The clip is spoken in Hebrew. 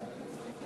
גפני הולך